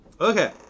Okay